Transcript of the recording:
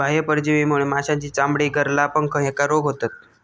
बाह्य परजीवीमुळे माशांची चामडी, गरला, पंख ह्येका रोग होतत